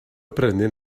brenin